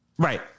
Right